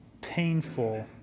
painful